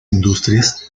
industrias